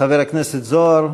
חבר הכנסת זוהר,